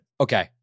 Okay